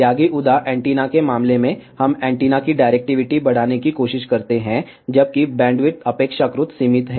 Yagi Uda antenna के मामले में हम एंटीना की डायरेक्टिविटी बढ़ाने की कोशिश करते हैं जबकि बैंडविड्थ अपेक्षाकृत सीमित है